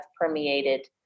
permeated